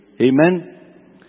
Amen